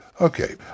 Okay